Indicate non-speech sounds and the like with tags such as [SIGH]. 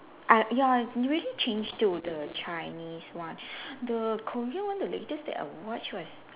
uh ya already change to the Chinese one [BREATH] the Korea one the latest that I watch was